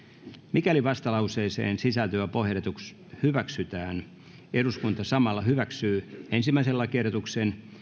mikäli vastalauseeseen sisältyvä ehdotus käsittelyn pohjasta hyväksytään eduskunta samalla hyväksyy ensimmäisen lakiehdotuksen